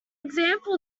example